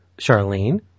Charlene